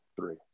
three